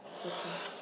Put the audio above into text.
so K